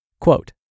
Quote